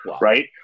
right